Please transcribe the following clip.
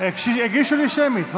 הגישו לי שמית.